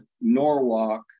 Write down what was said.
Norwalk